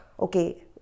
okay